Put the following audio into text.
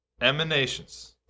Emanations